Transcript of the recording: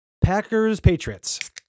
Packers-Patriots